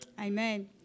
Amen